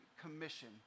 commission